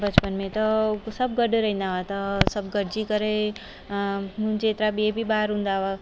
बचपन में त सभु गॾु रहंदा हुआ त सभु गॾिजी करे मूं जेतिरा ॿिया बि ॿार हूंदा हुआ